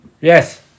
Yes